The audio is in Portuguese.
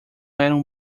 eram